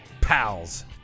pals